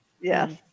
yes